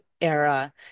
era